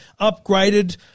upgraded